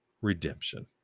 Redemption